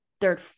third